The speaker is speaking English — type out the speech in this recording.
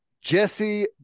jesse